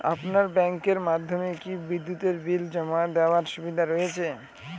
আপনার ব্যাংকের মাধ্যমে কি বিদ্যুতের বিল জমা দেওয়ার সুবিধা রয়েছে?